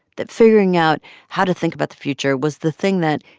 that figuring out how to think about the future was the thing that,